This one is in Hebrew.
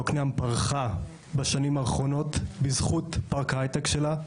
יוקנעם פרחה בשנים האחרונות בזכות פארק ההיי-טק שלה,